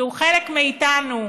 שהוא חלק מאיתנו.